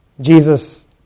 Jesus